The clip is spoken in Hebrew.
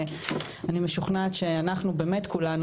ואני משוכנעת שאנחנו באמת כולנו,